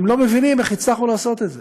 הם לא מבינים איך הצלחנו לעשות את זה.